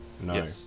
No